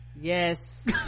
yes